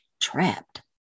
trapped